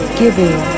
giving